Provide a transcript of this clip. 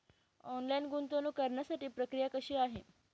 Online गुंतवणूक करण्यासाठी प्रक्रिया कशी आहे?